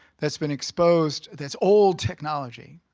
that's been exposed that's old technology.